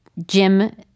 jim